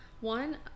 One